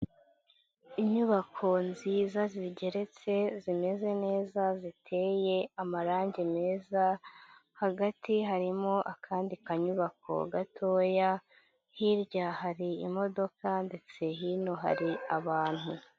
Inyubako nziza zigeretse, zimeze neza, ziteye amarange meza, hagati harimo akandi kanyubako gatoya, hirya hari imodoka ndetse hino hari abantu.